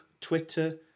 Twitter